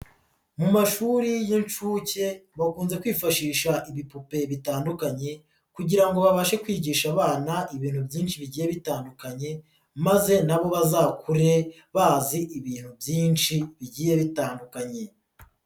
Mu mashuri y'inshuke bakunze kwifashisha ibipupe bitandukanye kugira ngo babashe kwigisha abana ibintu byinshi bigiye bitandukanye maze na bo bazakure bazi ibintu byinshi bigiye bitandukanye.